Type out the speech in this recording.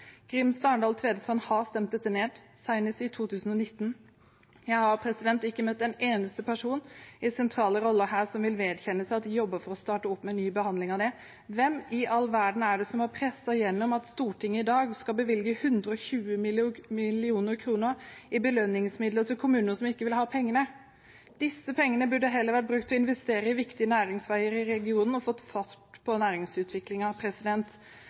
ned, senest i 2019. Jeg har ikke møtt en eneste person i sentrale roller her som vil vedkjenne seg at de jobber for å starte en ny behandling av det. Hvem i all verden er det som har presset igjennom at Stortinget i dag skal bevilge 120 mill. kr i belønningsmidler til kommuner som ikke vil ha pengene? Disse pengene burde heller vært brukt til å investere i viktige næringsveier i regionen og fått fart på